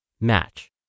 match